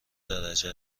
درجه